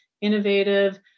innovative